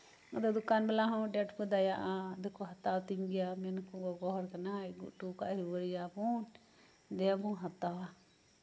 ᱟᱫᱚ ᱫᱚᱠᱟᱱ ᱵᱟᱞᱟ ᱦᱚᱸ ᱟᱹᱰᱤ ᱟᱸᱴᱠᱚ ᱫᱟᱭᱟᱜᱼᱟ ᱟᱫᱚ ᱠᱟ ᱦᱟᱛᱟᱣ ᱛᱤᱧ ᱜᱮᱭᱟ ᱢᱮᱱᱟᱠᱚ ᱜᱚᱜᱚ ᱦᱚᱲ ᱠᱟᱱᱟᱭ ᱟᱹᱜᱩ ᱦᱚᱴᱚ ᱟᱠᱟᱜ ᱟᱭ ᱨᱩᱣᱟᱹᱲᱮᱭᱟ ᱵᱚᱱ ᱫᱮ ᱵᱚᱱ ᱦᱟᱛᱟᱣᱟ